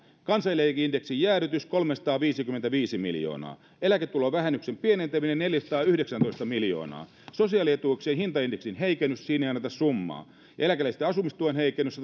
kansaneläkeindeksin jäädytys kolmesataaviisikymmentäviisi miljoonaa eläketulovähennyksen pienentäminen neljäsataayhdeksäntoista miljoonaa sosiaalietuuksien hintaindeksin heikennys siinä ei anneta summaa ja eläkeläisten asumistuen heikennys